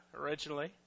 originally